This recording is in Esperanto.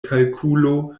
kalkulo